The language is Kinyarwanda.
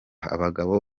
abagabo